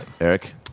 Eric